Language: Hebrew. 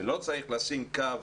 לא צריך לשים קו